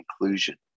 inclusion